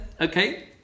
Okay